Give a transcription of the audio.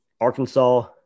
Arkansas